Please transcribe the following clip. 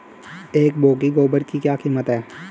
एक बोगी गोबर की क्या कीमत है?